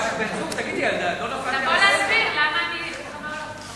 הנושא לוועדה שתקבע